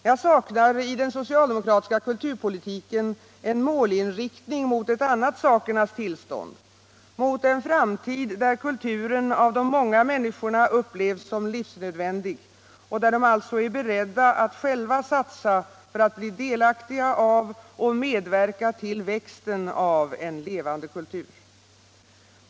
Jag saknar i den socialdemokratiska kulturpolitiken en målinriktning mot ett annat sakernas tillstånd, mot en framtid där kulturen av de många människorna upplevs som livsnödvändig, och där de alltså är beredda att själva satsa för att bli delaktiga av och medverka till växten av en levande kultur.